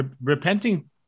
repenting